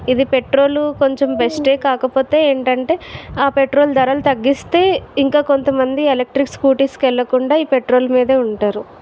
ఇది పెట్రోల్ కొంచెం బెస్ట్ ఏ కాకపోతే ఏంటంటే ఆ పెట్రోల్ ధరలు తగ్గిస్తే ఇంకా కొంతమంది ఎలక్ట్రిక్ స్కూటీస్ కి ఎల్లకుండా ఈ పెట్రోల్ మీదే ఉంటారు